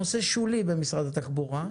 נושא שולי במשרד התחבורה,